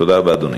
תודה רבה, אדוני.